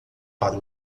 para